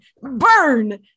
Burn